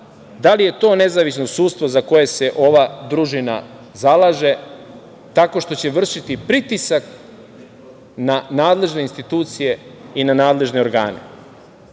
da li je to nezavisno sudstvo za koje se ova družina zalaže tako što će vršiti pritisak na nadležne institucije i na nadležne organe? Vratiću